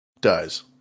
dies